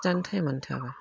जि दानो टाइमानो थोआब्ला